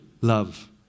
Love